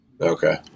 Okay